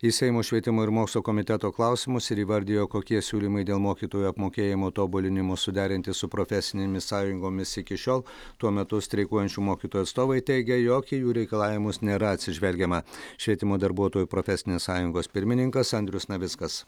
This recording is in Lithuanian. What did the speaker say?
į seimo švietimo ir mokslo komiteto klausimus ir įvardijo kokie siūlymai dėl mokytojų apmokėjimo tobulinimo suderinti su profesinėmis sąjungomis iki šiol tuo metu streikuojančių mokytojų atstovai teigia jog į jų reikalavimus nėra atsižvelgiama švietimo darbuotojų profesinės sąjungos pirmininkas andrius navickas